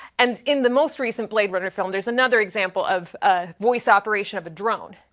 and in the most recent blade runner film, there's another example of a voice operation of a drone.